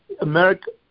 America